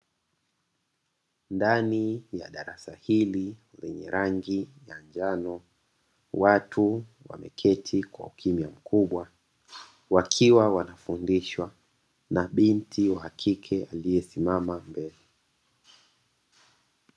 Ndani ya darasa hili lenye rangi na njano, watu wameketi kwa ukimya mkubwa wakiwa wanafundishwa na binti wa kike aliyesimama mbele.